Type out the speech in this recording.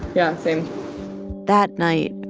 yeah, same that night,